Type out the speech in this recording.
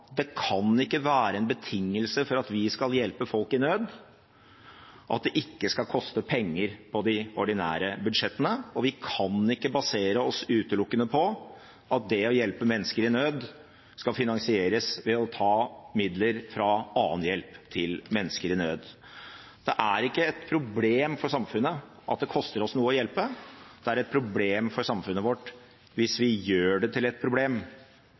Det kan ikke være en betingelse for at vi skal hjelpe folk i nød, at det ikke skal koste penger på de ordinære budsjettene, og vi kan ikke basere oss utelukkende på at det å hjelpe mennesker i nød skal finansieres ved å ta midler fra annen hjelp til mennesker i nød. Det er ikke et problem for samfunnet at det koster oss noe å hjelpe, det er et problem for samfunnet vårt hvis vi gjør det til et problem